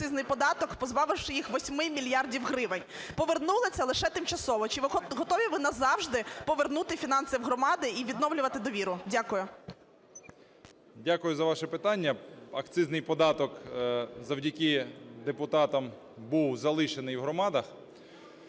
Дякую за ваше питання. Акцизний податок завдяки депутатам був залишений в громадах,